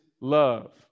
love